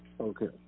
okay